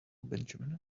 benjamin